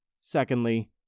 Secondly